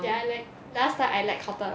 ya like last time I like cotton on